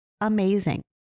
amazing